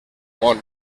món